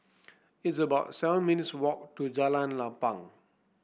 it's about seven minutes' walk to Jalan Lapang